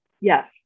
Yes